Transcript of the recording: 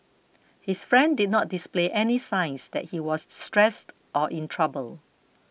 his friend did not display any signs that he was stressed or in trouble